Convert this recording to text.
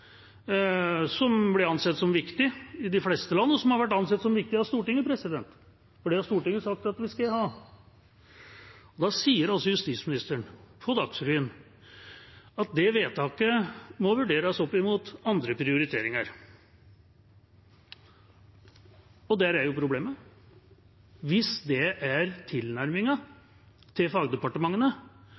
som blir ansett som viktig i de fleste land, og som har vært ansett som viktig av Stortinget, for det har Stortinget sagt at vi skal ha. Da sier justisministeren på Dagsrevyen at det vedtaket må vurderes opp mot andre prioriteringer. – Og der er jo problemet. Hvis det er tilnærmingen til fagdepartementene